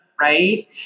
right